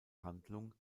handlung